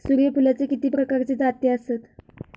सूर्यफूलाचे किती प्रकारचे जाती आसत?